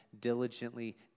diligently